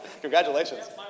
Congratulations